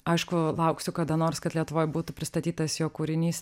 aišku lauksiu kada nors kad lietuvoj būtų pristatytas jo kūrinys